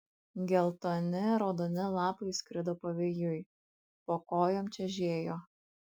geltoni raudoni lapai skrido pavėjui po kojom čežėjo